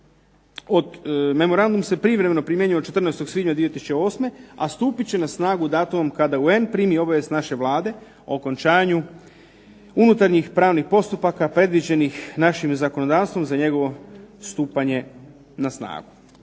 Memorandum se privremeno primjenjuje od 14. svibnja 2008., a stupit će na snagu datumom kada UN primi obavijest naše Vlade o okončanju unutarnjih pravnih postupaka predviđenih našim zakonodavstvom za njegovo stupanje na snagu.